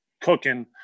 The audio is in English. cooking